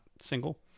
single